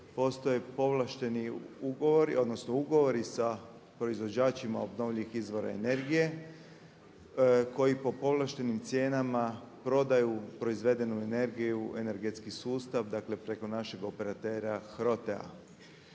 odnosno ugovori sa proizvođačima obnovljivih izvora energije koji po povlaštenim cijenama prodaju proizvedenu energiju u energetski sustav, dakle preko našeg operatera HROTE-a.